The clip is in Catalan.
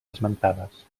esmentades